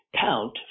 count